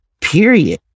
period